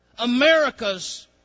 America's